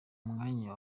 mwanya